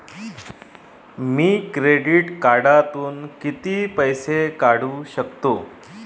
मी credit कार्डातून किती पैसे काढू शकतो?